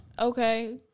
Okay